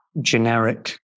generic